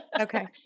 Okay